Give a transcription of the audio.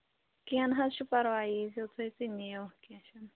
کیٚنٛہہ نہٕ حظ چھُ پَرواے ییٖزیو تُہۍ تہٕ نِیِو کیٚنٛہہ چھُنہٕ